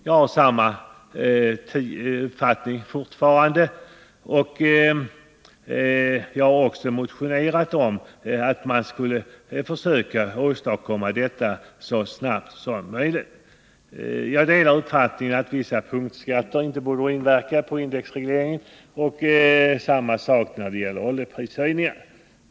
Jag har samma uppfattning fortfarande, och jag har också motionerat om att man skulle försöka åstadkomma detta så snabbt som möjligt. Jag delar uppfattningen att vissa punktskatter inte borde få inverka på indexregleringen. Detsamma gäller oljeprishöjningar.